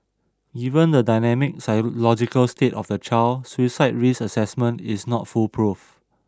given the dynamic psychological state of the child suicide risk assessment is not foolproof